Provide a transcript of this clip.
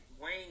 Wayne